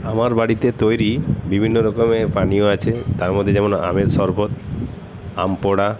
আমার বাড়িতে তৈরি বিভিন্ন রকমের পানীয় আছে তার মধ্যে যেমন আমের শরবত আম পোড়া